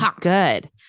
Good